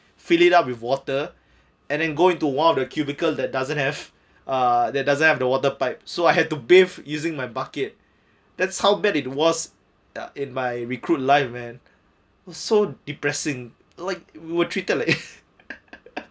fill it up with water and then go into one of the cubicle that doesn't have uh there doesn't have the water pipe so I had to bathe using my bucket that's how bad it was in my recruit life man so depressing like we were treated like eh